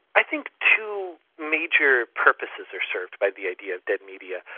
i think two major purposes are served by the idea of dead media.